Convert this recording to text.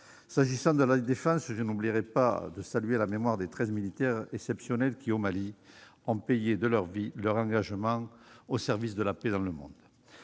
S'agissant de la défense, je n'oublierai pas de saluer la mémoire des treize militaires exceptionnels qui, au Mali, ont payé de leur vie leur engagement au service de la paix dans le monde.